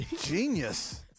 genius